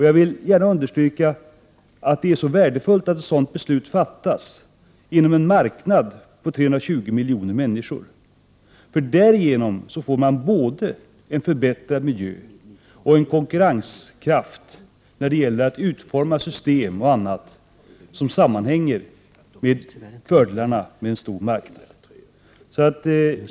Jag vill gärna understryka att det är värdefullt att ett sådant beslut fattas inom en marknad som omfattar 320 miljoner människor. Därigenom får man både en förbättrad miljö och en konkurrenskraft när det gäller att utforma system och annat som sammanhänger med fördelarna med en stor marknad.